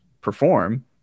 perform